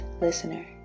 listener